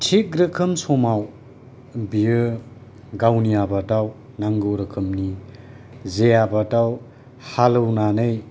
थिग रोखोम समाव बियो गावनि आबादाव नांगौ रोखोमनि जेआबादव हालौनानै